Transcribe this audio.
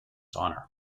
honour